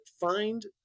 find